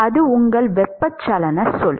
அது உங்கள் வெப்பச்சலனச் சொல்